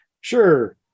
Sure